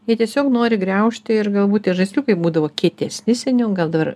jie tiesiog nori griaužti ir galbūt tie žaisliukai būdavo kietesni seniau gal dabar